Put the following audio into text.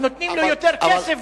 אבל נותנים לו יותר כסף,